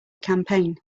campaign